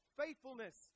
faithfulness